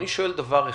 אני שואל דבר אחד: